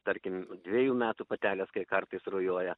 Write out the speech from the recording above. tarkim dvejų metų patelės kai kartais rujoja